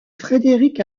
frédéric